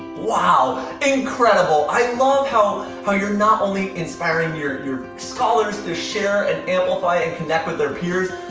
wow, incredible. i love how how you're not only inspiring your your scholars to share and amplify and connect with their peers,